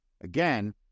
Again